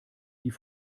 die